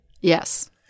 Yes